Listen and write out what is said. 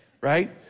right